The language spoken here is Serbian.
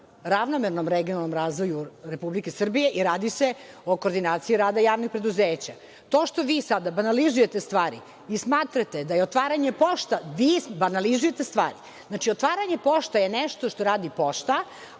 ravnomernom regionalnom razvoju Republike Srbije i radi se o koordinaciji rada javnih preduzeća. To što vi sada banalizujete stvari i smatrate da je otvaranje pošta, vi banalizujete stvari. Znači, otvaranje pošta je nešto što radi pošta,